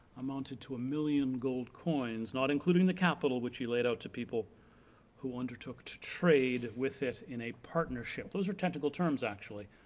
amounted to a million gold coins, not including the capital in which he laid out to people who undertook to trade with it in a partnership. those are technical terms actually,